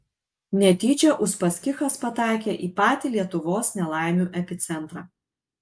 netyčia uspaskichas pataikė į patį lietuvos nelaimių epicentrą